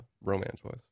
romance-wise